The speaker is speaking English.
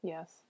Yes